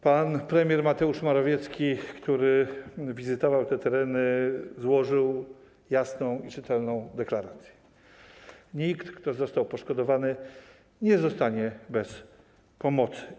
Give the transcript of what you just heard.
Pan premier Mateusz Morawiecki, który wizytował te tereny, złożył jasną i czytelną deklarację: Nikt, kto został poszkodowany, nie zostanie bez pomocy.